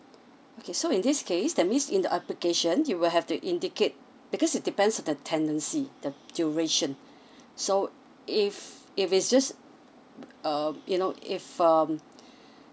okay so in this case that means in the application you will have to indicate because it depends on the tenancy the duration so if if it's just um you know if um